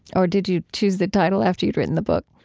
or did you choose the title after you'd written the book?